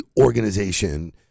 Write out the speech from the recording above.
organization